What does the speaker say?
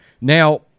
Now